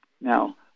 now